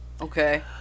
Okay